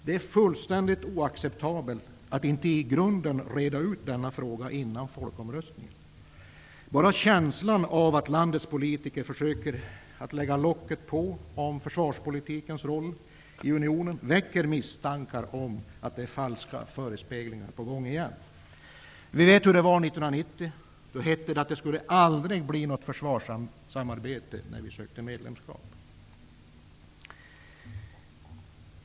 Det är fullständigt oacceptabelt att inte i grunden reda ut denna fråga innan folkomröstningen. Bara känslan av att landets politiker försöker att lägga locket på om försvarspolitikens roll i unionen väcker misstankar om att det är falska förespeglingar på gång igen. Vi vet hur det var 1990. Då hette det att det aldrig skulle bli något försvarssamarbete när vi sökte medlemskap.